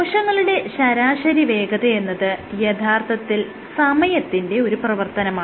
കോശങ്ങളുടെ ശരാശരി വേഗതയെന്നത് യഥാർത്ഥത്തിൽ സമയത്തിന്റെ ഒരു പ്രവർത്തനമാണ്